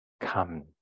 come